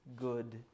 good